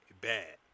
bad